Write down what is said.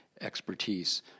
expertise